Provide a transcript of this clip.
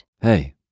Hey